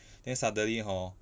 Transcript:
then suddenly hor